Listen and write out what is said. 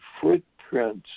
footprints